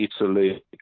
Italy